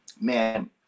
man